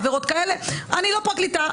עבירות כאלה אני לא פרקליטה,